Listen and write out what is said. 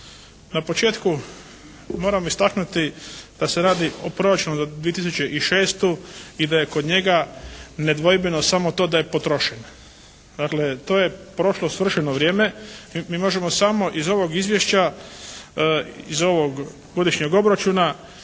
Na početku moram istaknuti da se radi o proračunu za 2006. i da je kod njega nedvojbeno samo to da je potrošen. Dakle, to je prošlo svršeno vrijeme. Mi možemo samo iz ovog izvješća, iz ovog godišnjeg obračuna